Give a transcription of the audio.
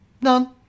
none